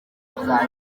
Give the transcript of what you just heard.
kuzajy